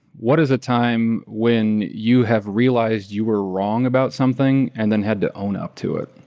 what is a time when you have realized you were wrong about something and then had to own up to it?